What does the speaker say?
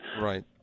right